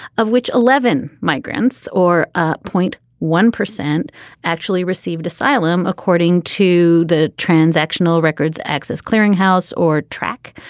of which eleven migrants or ah point one percent actually received asylum, according to the transactional records access clearinghouse, or trac,